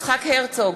יצחק הרצוג,